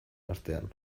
astean